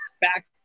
back